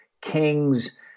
King's